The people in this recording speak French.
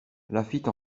laffitte